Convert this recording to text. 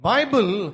Bible